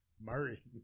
Murray